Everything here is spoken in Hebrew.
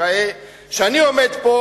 איראה כשאני עומד פה,